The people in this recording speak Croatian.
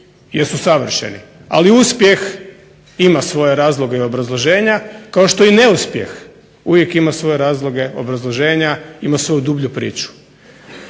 jesu savršeni, ali uspjeh ima svoje razloge i obrazloženja kao što i neuspjeh ima svoje razloge i obrazloženja, ima svoju dublju priču.